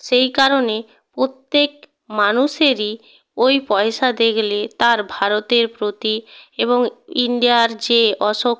সেই কারণে প্রত্যেক মানুষেরই ওই পয়সা দেখলে তার ভারতের প্রতি এবং ইন্ডিয়ার যে অশোক